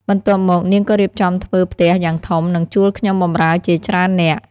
បន្ទាប់មក នាងក៏រៀបចំធ្វើផ្ទះយ៉ាងធំ និងជួលខ្ញុំបម្រើជាច្រើននាក់។